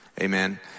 amen